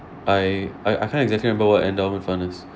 I I I can't exactly remember what an endowment fund is